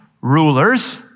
rulers